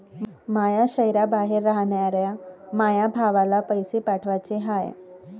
माया शैहराबाहेर रायनाऱ्या माया भावाला पैसे पाठवाचे हाय